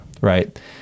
right